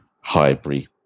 Highbury